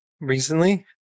Recently